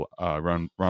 run